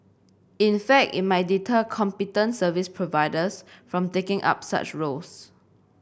in fact it might deter competent service providers from taking up such roles